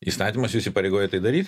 įstatymas jus įpareigoja tai daryt